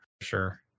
Sure